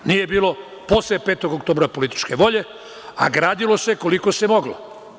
Nije bilo posle petog oktobra političke volje, a gradilo se koliko se moglo.